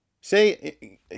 Say